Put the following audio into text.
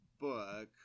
book